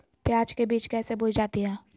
प्याज के बीज कैसे बोई जाती हैं?